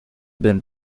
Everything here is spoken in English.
been